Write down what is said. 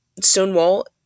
Stonewall